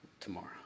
tomorrow